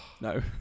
no